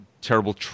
terrible